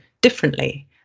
differently